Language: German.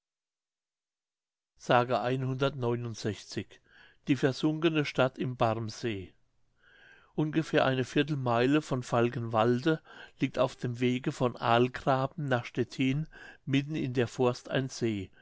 die versunkene stadt im barmsee ungefähr eine viertelmeile von falkenwalde liegt auf dem wege von ahlgraben nach stettin mitten in der forst ein see